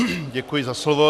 Děkuji za slovo.